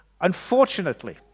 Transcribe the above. Unfortunately